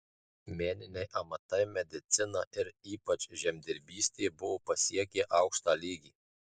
meniniai amatai medicina ir ypač žemdirbystė buvo pasiekę aukštą lygį